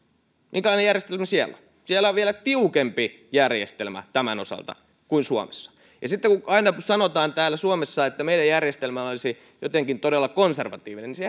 minkälainen järjestelmä siellä on siellä on vielä tiukempi järjestelmä tämän osalta kuin suomessa sitten kun aina sanotaan täällä suomessa että meidän järjestelmä olisi jotenkin todella konservatiivinen niin